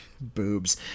Boobs